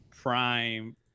prime